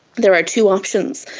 there are two options.